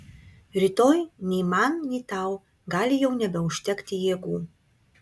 rytoj nei man nei tau gali jau nebeužtekti jėgų